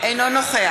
יחיאל חיליק בר,